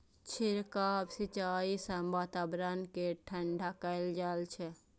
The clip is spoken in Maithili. छिड़काव सिंचाइ सं वातावरण कें ठंढा कैल जाइ छै